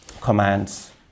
commands